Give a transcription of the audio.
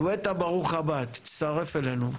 גואטה ברוך הבא, תצטרף אלינו.